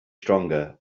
stronger